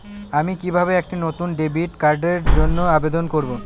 আমি কিভাবে একটি নতুন ডেবিট কার্ডের জন্য আবেদন করব?